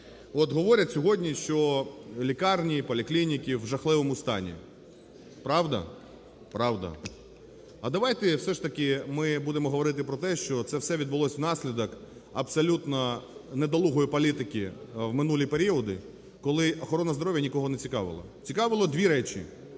от говорять сьогодні, що лікарні, поліклініки в жахливому стані. Правда? Правда. А давайте все ж таки ми будемо говорити про те, що це все відбулося внаслідок абсолютно недолугої політики в минулі періоди, коли охорона здоров'я нікого це цікавила. Цікавило дві речі.